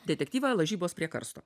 detektyvą lažybos prie karsto